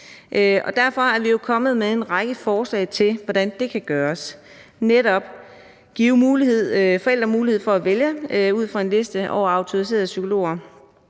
Derfor er vi jo kommet med en række forslag til, hvordan det kan gøres netop ved at give forældre mulighed for ud fra en liste over autoriserede psykologer